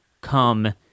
come